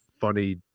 funny